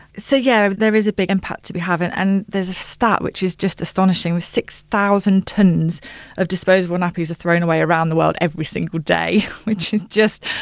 so, yeah there is a big impact to be having. and there's a start, which is just astonishing, with six thousand tons of disposable nappies are thrown away around the world every single day, which is just,